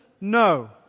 No